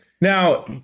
now